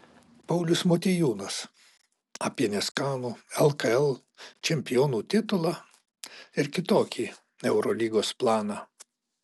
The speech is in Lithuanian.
paulius motiejūnas apie neskanų lkl čempionų titulą ir kitokį eurolygos planą